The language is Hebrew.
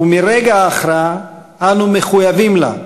ומרגע ההכרעה אנו מחויבים לה,